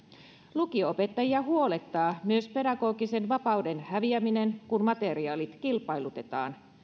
lukio opettajia huolettaa myös pedagogisen vapauden häviäminen kun materiaalit kilpailutetaan